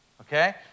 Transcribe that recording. Okay